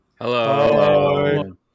Hello